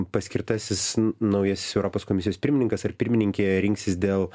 paskirtasis naujasis europos komisijos pirmininkas ar pirmininkė rinksis dėl